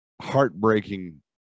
heartbreaking